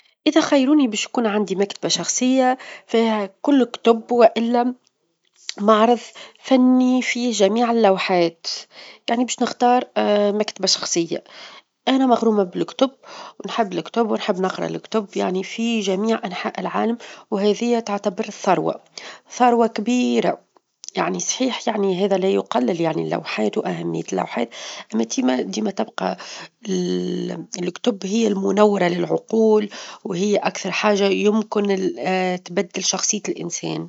إذا خيروني باش يكون عندي مكتبة شخصية فيها كل كتب، والا معرظ فني فيه جميع اللوحات، يعني باش نختار مكتبة شخصية، أنا مغرومة بالكتب، ونحب الكتب، ونحب نقرأ الكتب يعني في جميع أنحاء العالم، وهذيا تعتبر ثروة، ثروة كبيرة، يعني صحيح يعني هذا لا يقلل يعني اللوحات، وأهمية اللوحات، أما ديما تبقى الكتب هي المنورة للعقول وهي أكثر حاجة يمكن تبدل شخصية الإنسان.